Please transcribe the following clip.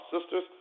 sisters